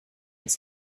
its